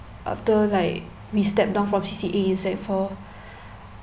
after like we stepped down from C_C_A in sec four